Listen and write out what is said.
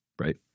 right